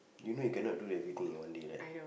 you know you cannot do everything in one day right